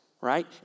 right